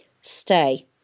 Stay